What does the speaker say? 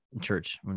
church